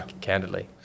candidly